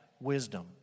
wisdom